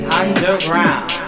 underground